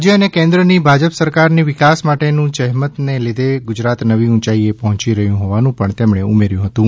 રાજય અને કેન્દ્રની ભાજપ સરકારની વિકાસ માટેનું જહેમતને લીધે ગુજરાત નવી ઊંચાઈએ પહોચી રહ્યું હોવાનું પણ તેમણે ઉમેર્થું હતું